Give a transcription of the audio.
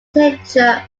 tincture